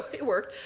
it worked.